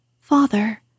Father